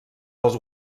als